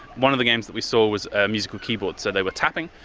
one of the games that we saw was a musical keyboard, so they were tapping.